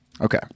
okay